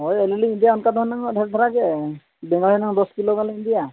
ᱦᱳᱭ ᱟᱹᱞᱤᱧ ᱞᱤᱧ ᱤᱫᱤᱭᱟ ᱚᱱᱠᱟ ᱫᱚ ᱦᱩᱱᱟᱹᱝ ᱰᱷᱮᱹᱨ ᱫᱷᱟᱨᱟ ᱜᱮ ᱵᱮᱸᱜᱟᱲ ᱦᱩᱱᱟᱹᱝ ᱫᱚᱥ ᱠᱤᱞᱳ ᱜᱟᱱ ᱞᱤᱧ ᱤᱫᱤᱭᱟ